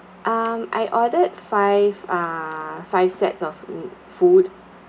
um I ordered five uh five sets of food